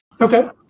Okay